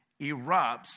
erupts